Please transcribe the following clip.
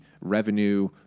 revenue